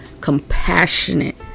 compassionate